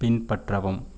பின்பற்றவும்